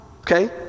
Okay